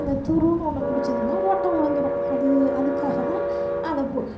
அந்த துருன்னு ஒன்று பிடிச்சதுனா ஓட்டை விழுந்துரும் அது அதுக்காக தான் அதை போ